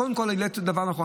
קודם כול, את העלית דבר נכון.